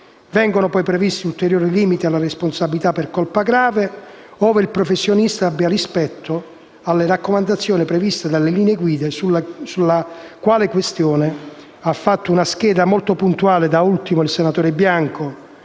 Vengono poi previsti ulteriori limiti alla responsabilità per colpa grave, ove il professionista abbia rispettato le raccomandazioni previste dalle linee guida, sulla quale questione ha redatto una scheda molto puntuale, da ultimo, il senatore Bianco.